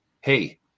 Hey